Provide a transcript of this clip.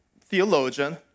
theologian